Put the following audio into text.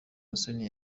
musoni